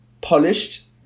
polished